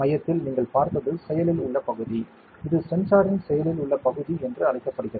மையத்தில் நீங்கள் பார்த்தது செயலில் உள்ள பகுதி இது சென்சாரின் செயலில் உள்ள பகுதி என்று அழைக்கப்படுகிறது